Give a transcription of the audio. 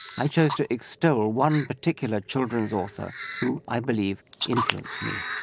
i chose to extol one particular children's author who i believe influenced me.